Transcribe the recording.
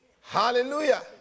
hallelujah